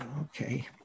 Okay